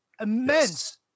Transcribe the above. immense